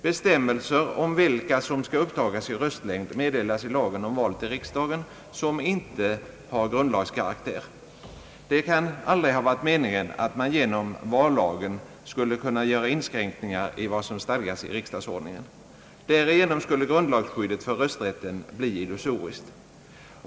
Bestämmelser om vilka som skall upptagas i röstlängd meddelas i lagen om val till riksdagen, som inte har grundlagskaraktär. Det kan aldrig ha varit meningen att man genom vallagen skulle kunna göra inskränkningar i vad som stadgas i riksdagsordningen. Därigenom skulle grundlagsskyddet för rösträtten bli illusoriskt.